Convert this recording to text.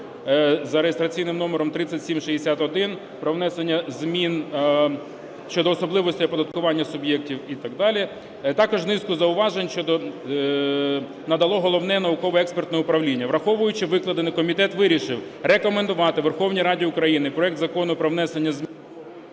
за реєстраційним номером 3761 про внесення змін щодо особливостей оподаткування суб'єктів і так далі. Також низку зауважень, що надало Головне науково-експертне управління. Враховуючи викладене, комітет вирішив рекомендувати Верховній Раді України проект Закону про внесення змін